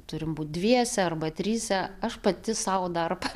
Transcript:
turim būti dviese arba tryse aš pati savo darbą